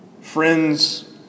friends